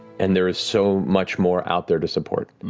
and there is so much more out there to support.